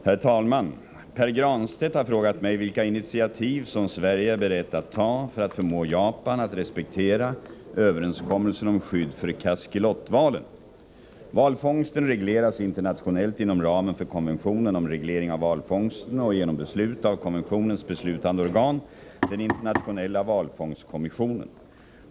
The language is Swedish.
Herr talman! Pär Granstedt har frågat mig vilka initiativ som Sverige är berett att ta för att förmå Japan att respektera överenskommelsen om skydd för kaskelotvalen. Valfångsten regleras internationellt inom ramen för konventionen om reglering av valfångsten och genom beslut av konventionens beslutande organ, den internationella valfångstkommissionen.